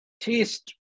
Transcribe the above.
taste